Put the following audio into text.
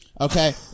Okay